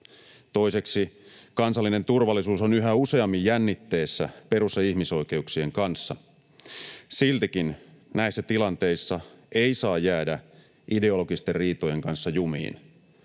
Toiseksi kansallinen turvallisuus on yhä useammin jännitteessä perus- ja ihmisoikeuksien kanssa. Siltikään näissä tilanteissa ei saa jäädä ideologisten riitojen kanssa jumiin.